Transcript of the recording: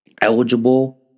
eligible